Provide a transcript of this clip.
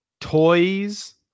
toys